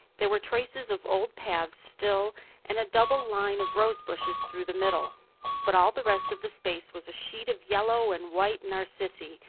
there were traces of old paths still and a double line of rosebushes through the middle but all the rest of the space was a sheet of yellow and white narcissi,